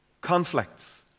Conflicts